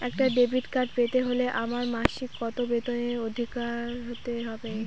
একটা debit card পেতে হলে আমার মাসিক কত বেতনের অধিকারি হতে হবে?